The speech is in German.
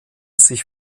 sich